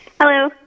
Hello